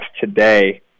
today